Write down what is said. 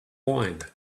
wine